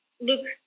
look